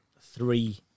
three